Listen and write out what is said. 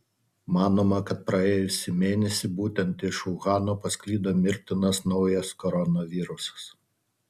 manoma kad praėjusį mėnesį būtent iš uhano pasklido mirtinas naujas koronavirusas